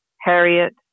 Harriet